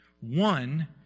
One